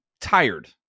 tired